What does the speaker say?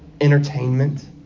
entertainment